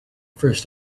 first